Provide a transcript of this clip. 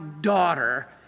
daughter